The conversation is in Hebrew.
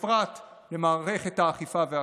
ובפרט במערכת האכיפה והחוק?